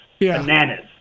Bananas